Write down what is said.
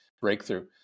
breakthrough